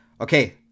Okay